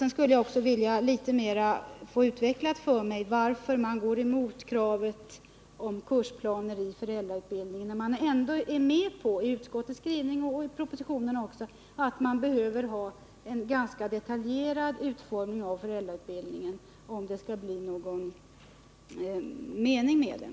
Sedan skulle jag också vilja få utvecklat litet närmare varför utskottet går emot kravet på kursplaner i föräldrautbildningen. Man är ju ändå inne på — i utskottsbetänkandet och även i propositionen — att det behövs en ganska detaljerad utformning av föräldrautbildningen om det skall bli någon mening med den.